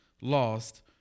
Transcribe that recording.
lost